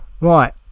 right